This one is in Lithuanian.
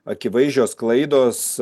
akivaizdžios klaidos